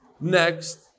Next